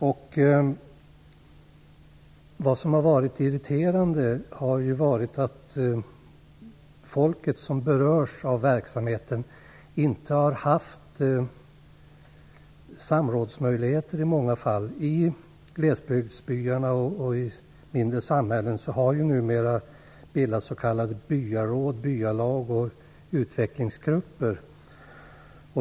Det som har varit irriterande är att folket som berörs av verksamheten inte har haft samrådsmöjligheter i många fall. I glesbygdsbyarna och i mindre samhällen har det numera bildats s.k. byaråd, byalag och utvecklingsgrupper.